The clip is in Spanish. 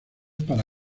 para